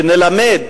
שנְלַמד,